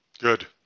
Good